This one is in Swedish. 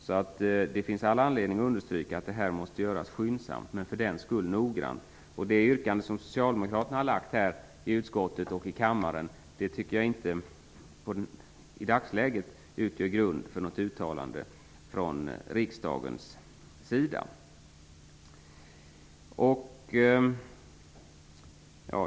Så det finns all anledning att understryka att arbetet med detta måste ske skyndsamt men för den skull noggrant. Det yrkande som Socialdemokraterna har ställt i utskottet och i kammaren tycker jag inte i dagsläget utgör grund för något uttalande från riksdagens sida.